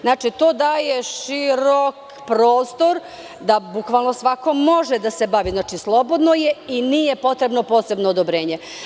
Znači, to daje širok prostor da svako može da se bavi, znači slobodno je i nije potrebno posebno odobrenje.